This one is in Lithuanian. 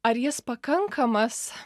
ar jis pakankamas